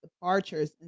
departures